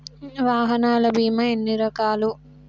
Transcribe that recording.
వాహనాల బీమా ఎన్ని రకాలు?